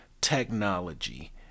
technology